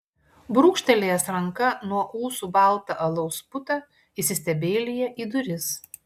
brūkštelėjęs ranka nuo ūsų baltą alaus putą įsistebeilija į duris